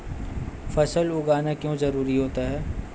फसल उगाना क्यों जरूरी होता है?